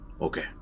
Okay